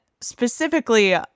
specifically